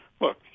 Look